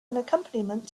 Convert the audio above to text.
accompaniment